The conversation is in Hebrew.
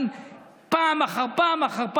כאן פעם אחר פעם אחר פעם,